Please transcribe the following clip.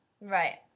Right